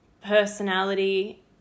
personality